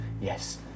yes